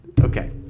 Okay